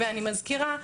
אני מזכירה,